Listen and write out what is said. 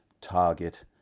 target